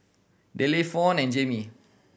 Delle Fawn and Jaime